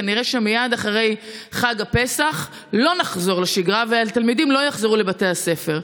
כנראה שמייד אחרי חג הפסח לא נחזור לשגרה והתלמידים לא יחזרו לבתי הספר,